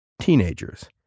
teenagers